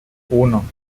uno